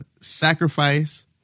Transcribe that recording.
Sacrifice